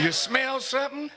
you smell certain